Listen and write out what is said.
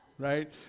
right